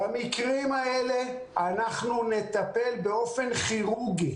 במקרים האלה, אנחנו נטפל באופן כירורגי.